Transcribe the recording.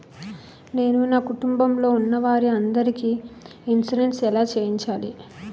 నేను నా కుటుంబం లొ ఉన్న వారి అందరికి ఇన్సురెన్స్ ఎలా చేయించాలి?